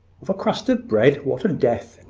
of a crust of bread! what a death!